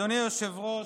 אדוני היושב-ראש,